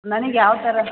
ನನಗ್ಯಾವ್ಥರ